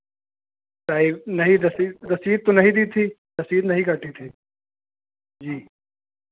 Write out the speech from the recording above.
प्राइ नहीं रसीद रसीद तो नहीं दी थी रसीद नहीं काटी थी जी